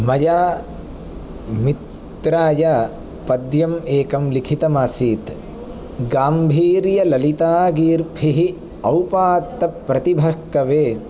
मया मित्राय पद्यम् एकं लिखितम् आसीत् गाम्भीर्यललितागीर्भिः औपातप्रतिभक्कवेः